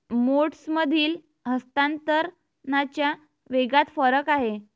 मोड्समधील हस्तांतरणाच्या वेगात फरक आहे